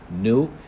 new